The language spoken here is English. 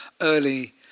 early